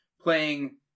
playing